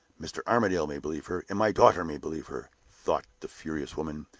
mr. armadale may believe her, and my daughter may believe her, thought the furious woman.